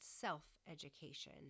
self-education